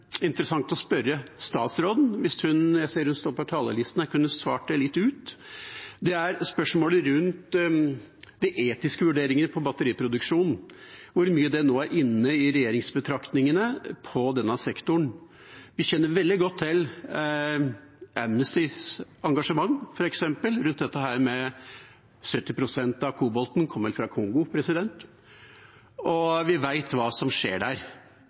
interessant å spørre statsråden – jeg ser hun står på talerlisten her – om hun kunne svare på spørsmålet om etiske vurderinger når det gjelder batteriproduksjon, og hvor mye det nå er inne i regjeringsbetraktningene på denne sektoren. Vi kjenner f.eks. veldig godt til Amnestys engasjement, rundt at 70 pst. av kobolten vel kommer fra Kongo, og vi vet hva som skjer der.